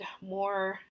more